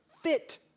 fit